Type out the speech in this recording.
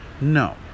No